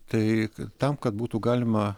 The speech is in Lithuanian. tai tam kad būtų galima